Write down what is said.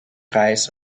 reis